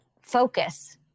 Focus